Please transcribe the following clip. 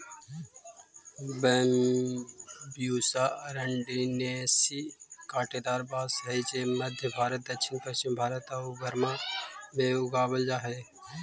Bambusa arundinacea काँटेदार बाँस हइ जे मध्म भारत, दक्षिण पश्चिम भारत आउ बर्मा में उगावल जा हइ